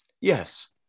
Yes